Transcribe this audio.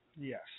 yes